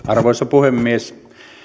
arvoisa puhemies